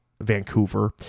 Vancouver